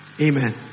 Amen